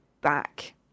back